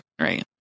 right